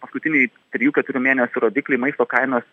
paskutiniai trijų keturių mėnesių rodikliai maisto kainos